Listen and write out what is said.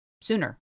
sooner